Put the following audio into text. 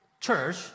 church